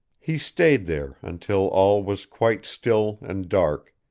he stayed there until all was quite still and dark,